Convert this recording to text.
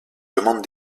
demandes